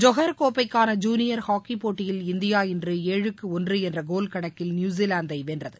Johor கோப்பைக்கான junior ஹாக்கிப்போட்டியில் India இன்று ஏழுக்கு ஒன்று என்ற கோல்கணக்கில் நியூசிலாந்தை வென்றது